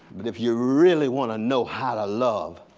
but if you really want to know how to love